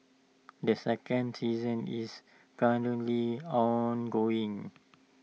the second season is currently ongoing